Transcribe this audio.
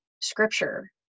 scripture